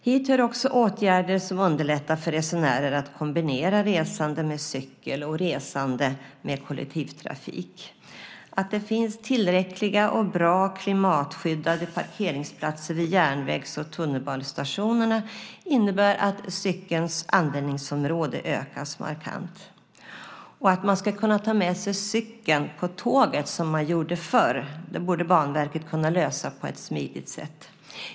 Hit hör också åtgärder som underlättar för resenärer att kombinera resande med cykel och resande med kollektivtrafik. Att det finns tillräckliga och bra, klimatskyddade parkeringsplatser vid järnvägs och tunnelbanestationerna innebär att cykelns användningsområde ökas markant. Och att man ska kunna ta med sig cykeln på tåget, som man gjorde förr, borde Banverket kunna lösa på ett smidigt sätt.